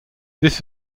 this